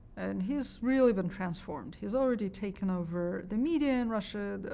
and he has really been transformed. he has already taken over the media in russia.